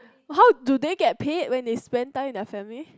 how do they get paid when they spend time with the family